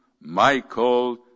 Michael